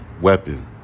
weapon